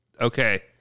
Okay